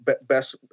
best